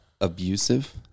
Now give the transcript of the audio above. abusive